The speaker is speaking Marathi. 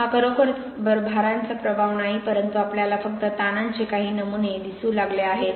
हा खरोखरच भारांचा प्रभाव नाही परंतु आपल्याला फक्त ताणांचे काही नमुने दिसू लागले आहेत